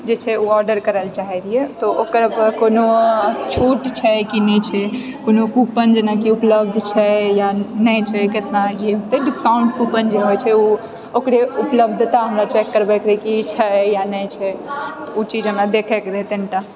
जे छै ओ ऑर्डर करै लेऽ चाहै रहियै तऽ ओकर कोनो छूट छै कि नै छै कुनू कूपन जेना कि उपलब्ध छै या नै छै केतना पे डिस्काउण्ट कूपन जे होइ छै ऊ ओकरे उपलब्धता हम्मे चेक करबैकऽ रहै कि छै या नै छै तऽ ऊ चीज हमरा देखैके रहै तनिटा